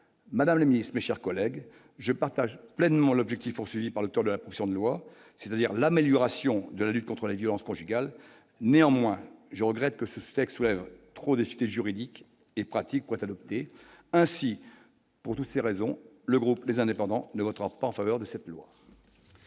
Madame la Ministre, mes chers collègues, je partage pleinement l'objectif poursuivi par l'auteur de la position de loi, c'est-à-dire l'amélioration de la lutte contre la violence conjugale, néanmoins je regrette que ce texte soulève trop de juridique et pratiques pour être adopté ainsi pour toutes ces raisons, le groupe les indépendants ne votera pas en faveur de cette loi.